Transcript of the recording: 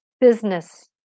business